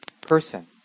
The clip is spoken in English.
person